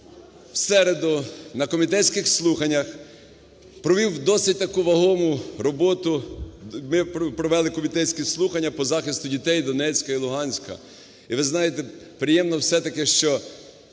в середу на комітетських слуханнях провів досить таку вагому роботу. Ми провели комітетські слухання по захисту дітей Донецька і Луганська. І ви знаєте, приємно все-таки що